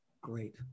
Great